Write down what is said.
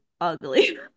ugly